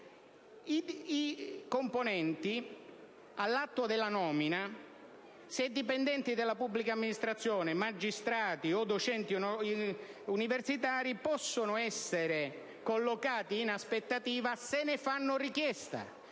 i componenti, all'atto della nomina, se dipendenti della pubblica amministrazione, magistrati o docenti universitari, possono essere collocati in aspettativa se ne fanno richiesta.